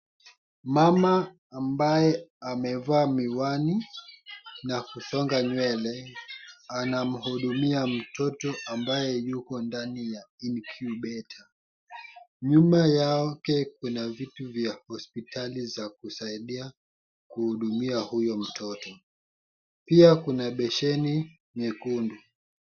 Mama ambaye amevaa miwani na kusonga nywele anamhudumia mtoto ambaye yuko ndani ya incubator . Nyuma yake kuna vitu vya hospitali za kusaidia kuhudumia mtoto. Pia kuna beseni nyekundu.